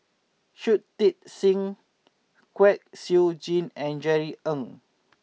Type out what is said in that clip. Shui Tit Sing Kwek Siew Jin and Jerry Ng